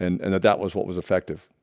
and and that that was what was effective.